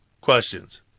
questions